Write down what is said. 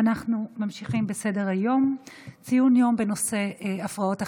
אנחנו ממשיכים בסדר-היום: ציון יום בנושא הפרעות אכילה,